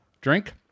drink